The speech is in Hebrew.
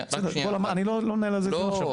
אם אני לא טועה --- אלי,